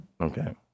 okay